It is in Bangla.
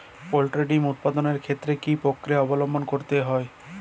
পোল্ট্রি ডিম উৎপাদনের ক্ষেত্রে কি পক্রিয়া অবলম্বন করতে হয়?